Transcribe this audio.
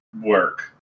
work